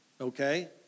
Okay